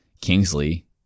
Kingsley